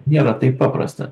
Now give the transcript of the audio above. nėra taip paprasta